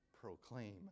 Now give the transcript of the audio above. proclaim